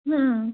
ಹಾಂ